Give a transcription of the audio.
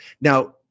now